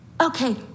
okay